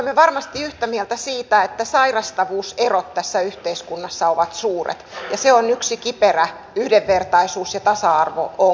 me olemme varmasti yhtä mieltä siitä että sairastavuuserot tässä yhteiskunnassa ovat suuret ja se on yksi kiperä yhdenvertaisuus ja tasa arvo ongelma